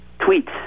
Tweets